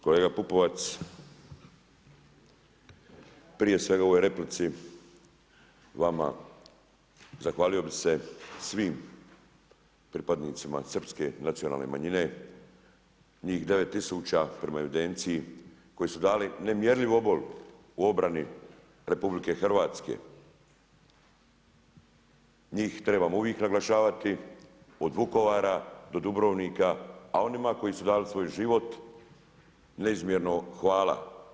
Kolega Pupovac, prije se u ovoj replici vama zahvalio bih se svim pripadnicima Srpske nacionalne manjine njih 9 tisuća prema evidenciju koji su dali nemjerljiv obol u obrani RH, njih trebamo uvijek naglašavati od Vukovara do Dubrovnika, a onima koji su dali svoj život neizmjerno hvala.